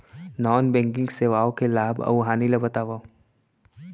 non banking सेवाओं के लाभ अऊ हानि ला बतावव